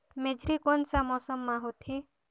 मेझरी कोन सा मौसम मां होथे?